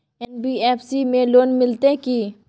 NBFC में loan मिलते की?